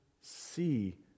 see